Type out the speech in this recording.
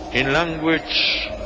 language